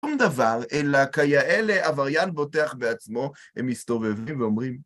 שום דבר, אלא כיאה לעבריין בוטח בעצמו, הם מסתובבים ואומרים.